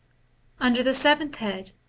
under the seventh head,